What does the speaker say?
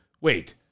wait